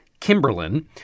Kimberlin